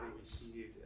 received